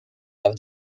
have